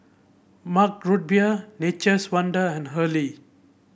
Mug Root Beer Nature's Wonder and Hurley